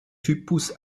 typus